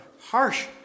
harsh